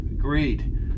agreed